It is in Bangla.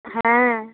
হ্যাঁ